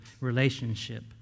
relationship